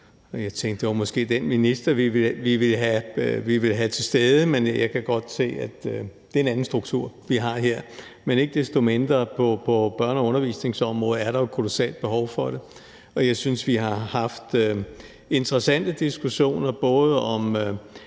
jeg tænkte, at det måske var den minister, vi ville have til stede, men jeg kan godt se, at det er en anden struktur, vi har her. Men ikke desto mindre er der jo på børne- og undervisningsområdet et kolossalt behov for det, og jeg synes, vi har haft interessante diskussioner både om